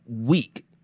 week